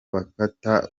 bakata